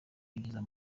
yinjiza